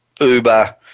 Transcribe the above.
Uber